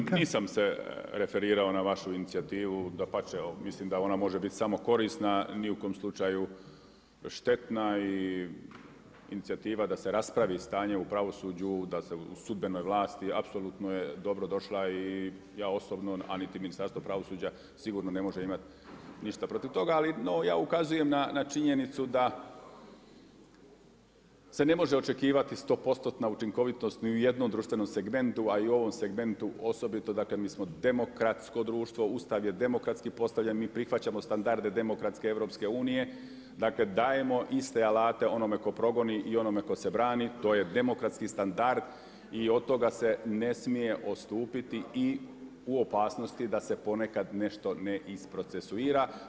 Gospodine zastupniče, dakle nisam se referirao na vašu inicijativu, dapače, mislim da ona može biti samo korisna, ni u kojem slučaju štetna i inicijativa da se raspravi stanje u pravosuđu, da se u sudbenoj vlasti apsolutno je dobrodošla i ja osobno a niti Ministarstvo pravosuđa sigurno ne može imati ništa protiv toga, ali ja ukazujem na činjenicu da se ne može očekivati stopostotna učinkovitost ni u jednom društvenom segmentu, a i ovom segmentu osobito dakle, mi smo demokratsko društvo, Ustav je demokratski postavljen, mi prihvaćamo standarde demokratske EU-a, dakle dajemo iste alate onome tko progoni i onome tko se brani, to je demokratski standard i od toga se ne smije odstupiti i u opasnosti da se ponekad nešto ne isprocesuira.